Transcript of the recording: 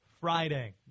Friday